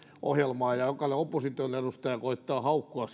ja jokainen opposition edustaja koettaa haukkua